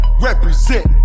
represent